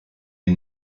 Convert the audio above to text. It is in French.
est